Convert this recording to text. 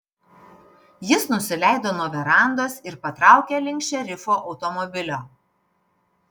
jis nusileido nuo verandos ir patraukė link šerifo automobilio